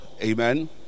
Amen